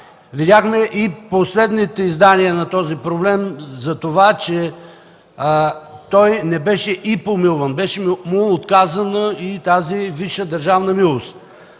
Видяхме и последното издание на този проблем – че той не беше и помилван, беше му отказана и тази висша държавна милост.